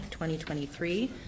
2023